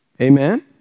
Amen